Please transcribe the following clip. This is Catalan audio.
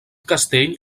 castell